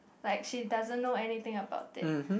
like she doesn't know anything about it